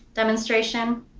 demonstration.